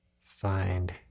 find